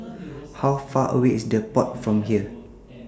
How Far away IS The Pod from here